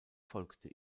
folgte